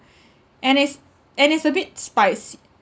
and it's and it's a bit spicy